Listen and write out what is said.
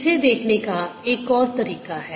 इसे देखने का एक और तरीका है